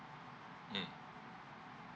mm